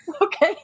Okay